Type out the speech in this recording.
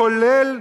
כולל,